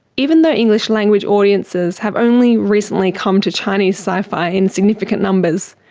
even though english language audiences have only recently come to chinese sci-fi in significant numbers,